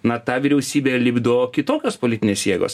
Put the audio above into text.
na tą vyriausybę lipdo kitokios politinės jėgos